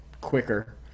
quicker